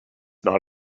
not